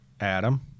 Adam